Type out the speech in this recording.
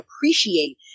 appreciate